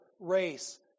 race